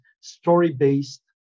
story-based